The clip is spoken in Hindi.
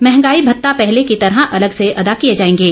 महंगाई भत्ता पहले की तरह अलग से अदा किए जाएंगे